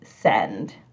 send